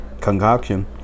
concoction